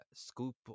Scoop